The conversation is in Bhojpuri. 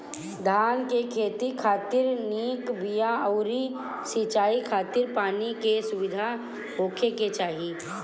धान के खेती खातिर निक बिया अउरी सिंचाई खातिर पानी के सुविधा होखे के चाही